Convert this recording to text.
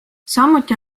samuti